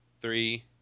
three